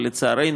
לצערנו,